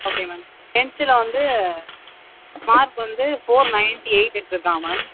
okay ma'am டென்த்தில் வந்து mark வந்து ஃபோர் நையன்ட்டி எயிட் எடுத்துருக்கான் மேம்